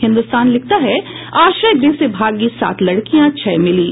हिन्दुस्तान लिखता है आश्रय गृह से भागी सात लड़कियां छह मिलीं